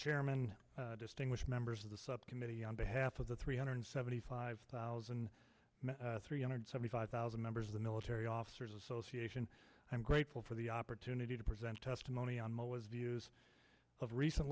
chairman distinguished members of the subcommittee on behalf of the three hundred seventy five thousand three hundred seventy five thousand members of the military officers association i'm grateful for the opportunity to present testimony on my views of recent